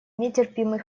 нетерпимый